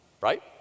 Right